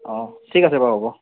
অঁ ঠিক আছে বাৰু হ'ব